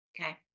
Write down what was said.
Okay